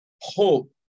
hope